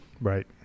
Right